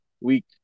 week